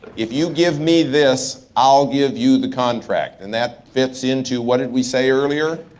if you give me this, i'll give you the contract. and that fits into, what did we say earlier?